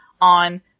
on